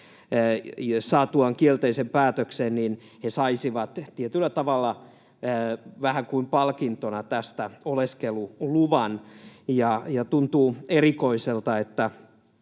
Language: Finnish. saatuaan kielteisen päätöksen, he saisivat tietyllä tavalla vähän kuin palkintona tästä oleskeluluvan, ja tuntuu erikoiselta, että